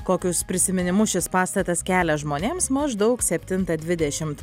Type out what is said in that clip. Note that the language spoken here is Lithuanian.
kokius prisiminimus šis pastatas kelia žmonėms maždaug septintą dvidešimt